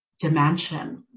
dimension